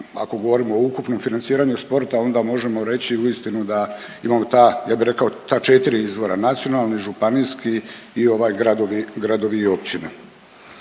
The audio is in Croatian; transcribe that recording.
ako govorimo o ukupnom financiranju sporta onda možemo reći uistinu da imamo ta, ja bi rekao ta 4 izvora, nacionalni, županijski i ovaj gradovi i općine.